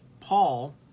Paul